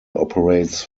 operates